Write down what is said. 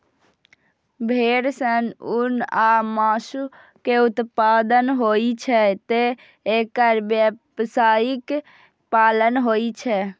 भेड़ सं ऊन आ मासु के उत्पादन होइ छैं, तें एकर व्यावसायिक पालन होइ छै